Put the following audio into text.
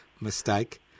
Mistake